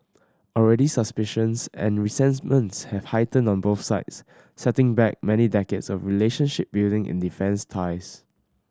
already suspicions and resentments have heightened on both sides setting back many decades of relationship building in defence ties